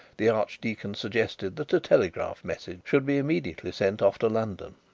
the archdeacon suggested that a telegraph message should be immediately sent off to london.